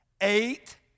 eight